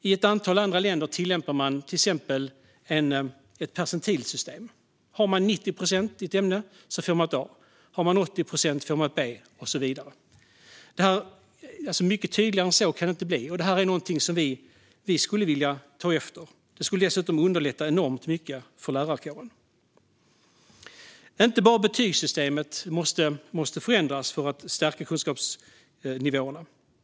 I ett antal andra länder tillämpas ett percentilsystem. Har man 90 procent rätt får man ett A, 80 procent ett B och så vidare. Mycket tydligare än så kan det inte bli, och vi skulle vilja ta efter detta. Det skulle dessutom underlätta enormt mycket för lärarkåren. Det är inte bara betygssystemet som måste förändras för att stärka kunskapsnivåerna.